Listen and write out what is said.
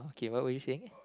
okay what were you saying